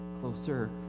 closer